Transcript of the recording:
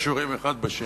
קשורים אחד בשני.